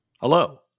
hello